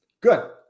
Good